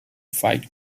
fight